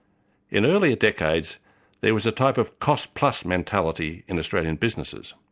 in earlier decades there was a type of cost plus mentality in australian businesses.